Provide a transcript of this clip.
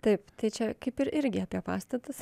taip tai čia kaip ir irgi apie pastatus